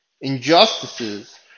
Injustices